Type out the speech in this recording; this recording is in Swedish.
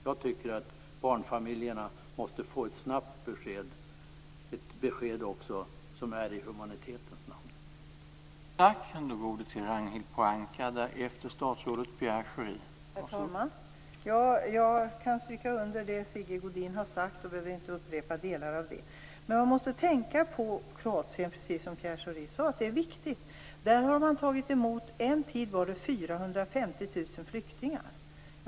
Jag tycker att barnfamiljerna skall få ett snabbt besked - ett besked som är i humanitetens namn.